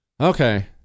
okay